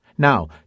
Now